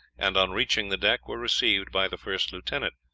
and on reaching the deck were received by the first lieutenant,